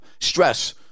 Stress